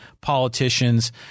politicians